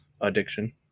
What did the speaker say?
addiction